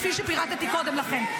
כפי שפירטתי קודם לכן.